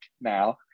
now